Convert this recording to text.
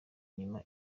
inyuma